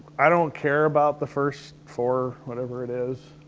i don't care about the first four, whatever it is.